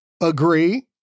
agree